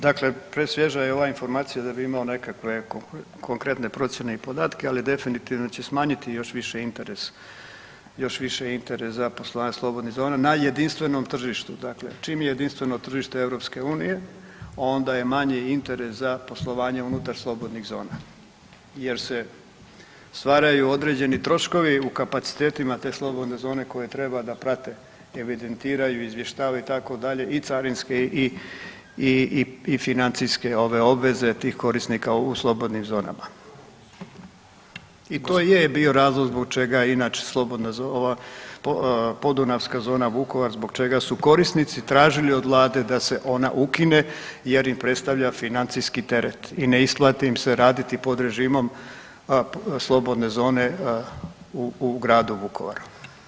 Dakle, pre svježa je ova informacija da bi imao nekakve konkretne procijene i podatke, ali definitivno će smanjiti još više interes, još više interes za poslovanje slobodnih zona na jedinstvenom tržištu, dakle čim je jedinstveno tržište EU onda je manji interes za poslovanje unutar slobodnih zona jer se stvaraju određeni troškovi u kapacitetima te slobodne zone koje treba da prate, evidentiraju i izvještavaju itd. i carinske i financijske ove obveze tih korisnika u slobodnim zonama i to je bio razlog zbog čega inače slobodna zona, ova podunavska zona Vukovar zbog čega su korisnici tražili od vlade da se ona ukine jer im predstavlja financijski teret i ne isplati im se raditi pod režimom slobodne zone u, u gradu Vukovaru.